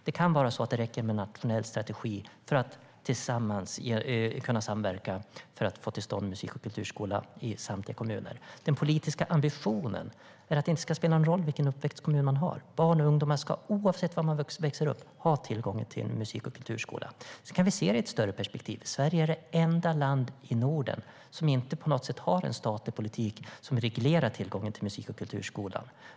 Det kan vara så att det räcker med en nationell strategi för att tillsammans kunna samverka för att få till stånd en musik och kulturskola i samtliga kommuner. Den politiska ambitionen är att det inte ska spela någon roll vilken uppväxtkommun man har. Barn och ungdomar ska, oavsett var de växer upp, ha tillgång till en musik och kulturskola. Sedan kan vi se det i ett större perspektiv. Sverige är det enda land i Norden som inte har en statlig politik som reglerar tillgången till en musik och kulturskola.